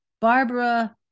Barbara